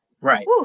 Right